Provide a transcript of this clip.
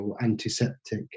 antiseptic